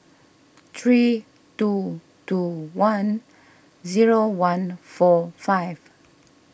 three two two one zero one four five